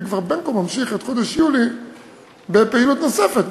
כבר בין כה וכה ממשיך את חודש יולי בפעילות נוספת,